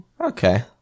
okay